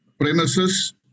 premises